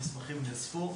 המסמכים נאספו,